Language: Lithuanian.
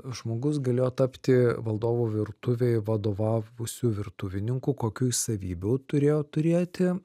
žmogus galėjo tapti valdovų virtuvei vadovavusiu virtuvininku kokių jis savybių turėjo turėti